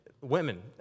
Women